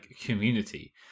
community